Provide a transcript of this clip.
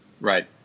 Right